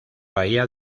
bahía